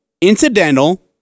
incidental